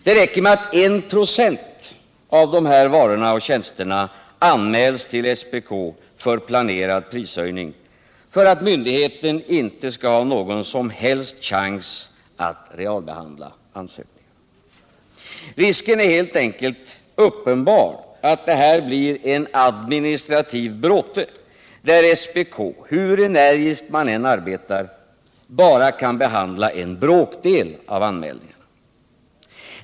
Det räcker med att 1 96 av dessa varor och tjänster anmäls till SPK för planerad prishöjning för att myndigheten inte skall ha någon som helst chans att realbehandla ansökningarna. Risken är helt enkelt uppenbar att det här blir en administrativ bråte, där SPK, hur energiskt man än arbetar, bara kan behandla en bråkdel av anmälningarna.